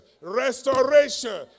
restoration